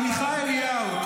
עמיחי אליהו,